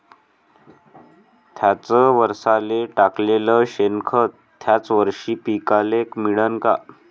थ्याच वरसाले टाकलेलं शेनखत थ्याच वरशी पिकाले मिळन का?